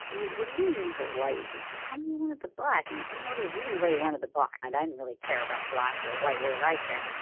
what do you mean you want the white? you you told me you wanted the black and you told me all these reasons why you wanted the black. and i didn't really care about black or white. what did i care?